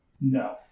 No